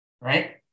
Right